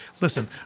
Listen